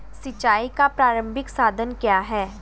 सिंचाई का प्रारंभिक साधन क्या है?